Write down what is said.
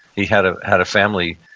he had ah had a family.